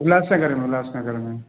उल्हास नगर में उल्हास नगर में